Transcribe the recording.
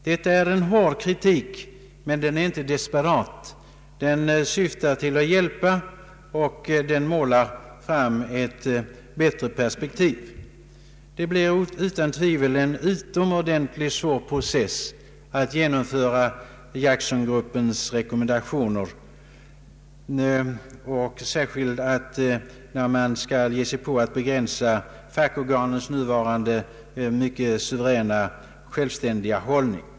Det är en hård kritik, men den är inte desperat. Den syftar till att hjälpa, och den målar ett bättre perspektiv. Det är utan tvivel en utomordentligt svår process att genomföra Jacksongruppens rekommendationer, särskilt när man skall söka begränsa fackorganens nuvarande mycket självständiga ställning.